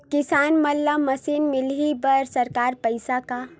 किसान मन ला मशीन मिलही बर सरकार पईसा का?